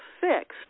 fixed